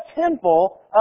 temple